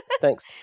Thanks